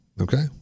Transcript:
Okay